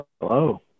hello